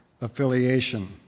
affiliation